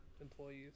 employees